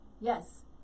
Yes